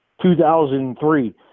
2003